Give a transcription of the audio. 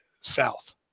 south